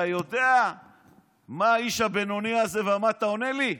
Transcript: אתה יודע מה האיש הבינוני הזה ומטה עונה לי?